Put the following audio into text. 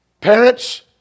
Parents